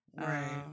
right